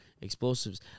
explosives